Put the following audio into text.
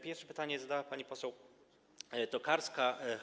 Pierwsze pytanie zadała pani poseł Tokarska.